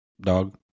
dog